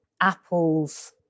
Apple's